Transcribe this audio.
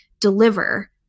deliver